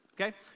Okay